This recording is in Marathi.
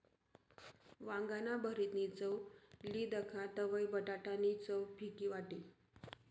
वांगाना भरीतनी चव ली दखा तवयं बटाटा नी चव फिकी वाटी